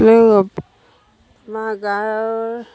আমাৰ গাঁৱৰ